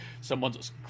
someone's